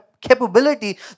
capability